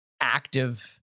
active